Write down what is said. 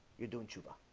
you're doing chuba